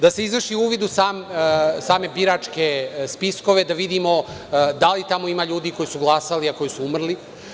Da se izvrši uvid u same biračke spiskove, da vidimo da li tamo ima ljudi koji su glasali, a koji su umrli.